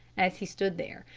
as he stood there,